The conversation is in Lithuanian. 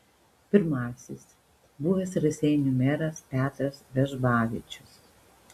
pirmasis buvęs raseinių meras petras vežbavičius